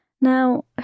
Now